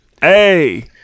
hey